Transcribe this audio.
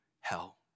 hell